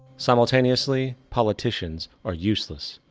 simultaneously, politicians are useless.